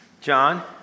John